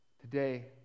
today